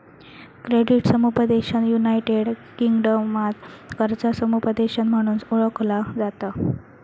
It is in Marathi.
क्रेडिट समुपदेशन युनायटेड किंगडमात कर्जा समुपदेशन म्हणून ओळखला जाता